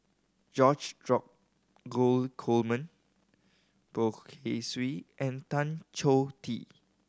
George drop gold Coleman Poh Kay Swee and Tan Choh Tee